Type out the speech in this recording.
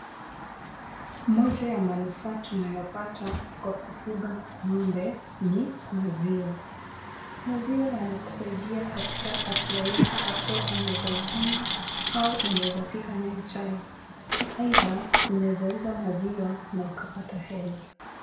Mmoja ya manufaa tunayopata tukifuga ng'ombe ni maziwa. Maziwa yanatusaidia katika afya yetu kwa kuwa unaweza ikunywa au unaweza pika nayo chai. Aidha, unaweza uza maziwa na ukapata hela.